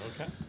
Okay